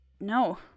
No